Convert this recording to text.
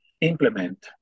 implement